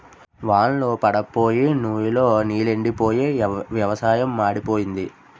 వాన్ళ్లు పడప్పోయి నుయ్ లో నీలెండిపోయి వ్యవసాయం మాడిపోయింది